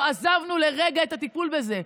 לא עזבנו לרגע את הטיפול בזה.